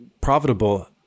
profitable